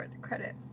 credit